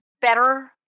better